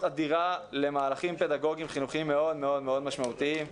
אדירה למהלכים פדגוגיים חינוכיים מאוד מאוד משמעותיים.